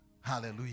hallelujah